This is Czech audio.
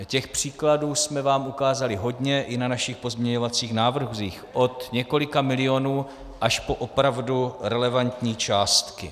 Těch příkladů jsme vám ukázali hodně i na našich pozměňovacích návrzích, od několika milionů až po opravdu relevantní částky.